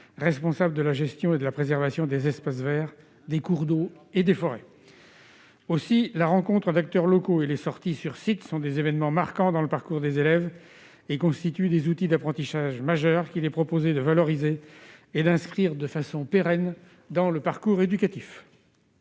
responsables de la gestion et de la préservation des espaces verts, des cours d'eau et des forêts. La rencontre d'acteurs locaux et les sorties sur sites sont des évènements marquants dans le parcours des élèves et constituent des outils majeurs d'apprentissage, qu'il est proposé de valoriser et d'inscrire de façon pérenne dans le parcours éducatif.